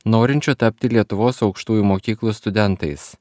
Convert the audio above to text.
norinčių tapti lietuvos aukštųjų mokyklų studentais